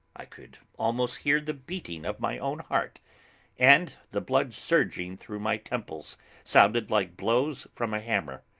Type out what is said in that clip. i could almost hear the beating of my own heart and the blood surging through my temples sounded like blows from a hammer.